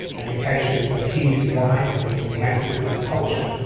and acacia appears widely and in african culture.